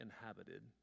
inhabited